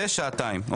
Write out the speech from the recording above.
לזה שעתיים.